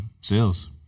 sales